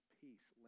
peace